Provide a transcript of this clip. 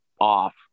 off